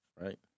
right